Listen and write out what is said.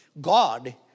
God